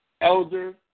Elder